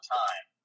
time